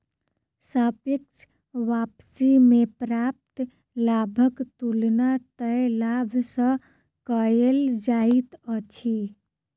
सापेक्ष वापसी में प्राप्त लाभक तुलना तय लाभ सॅ कएल जाइत अछि